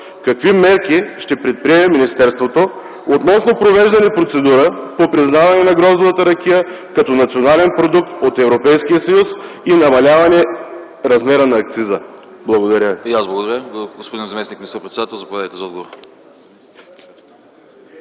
Какви мерки ще предприеме министерството относно провеждане процедура по признаване на гроздовата ракия като национален продукт от Европейския съюз и намаляване размера на акциза? Благодаря